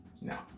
No